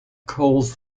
calls